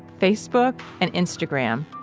facebook and instagram.